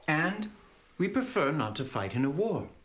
and we prefer not to fight in a war.